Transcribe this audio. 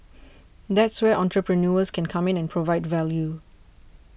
that's where entrepreneurs can come in and provide value